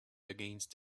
against